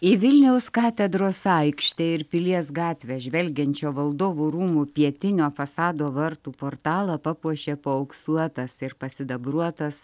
į vilniaus katedros aikštę ir pilies gatvę žvelgiančio valdovų rūmų pietinio fasado vartų portalą papuošė paauksuotas ir pasidabruotas